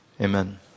amen